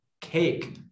cake